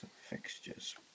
fixtures